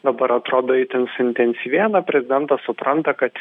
dabar atrodo itin suintensyvėję na prezidentas supranta kad